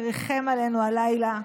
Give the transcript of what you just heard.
שריחם עלינו הלילה.